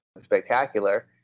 spectacular